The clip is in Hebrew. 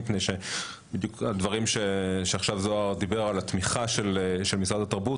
כי כל הדברים שעכשיו זוהר דיבר על התמיכה של משרד התרבות,